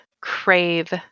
crave